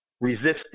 resistance